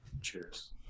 Cheers